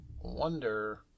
wonder